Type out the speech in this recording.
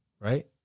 right